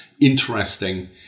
interesting